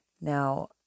Now